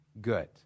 good